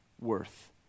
worth